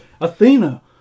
Athena